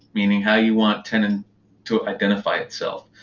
meaning how you want tenon to identify itself.